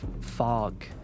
fog